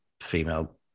female